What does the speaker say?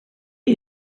att